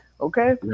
okay